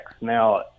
Now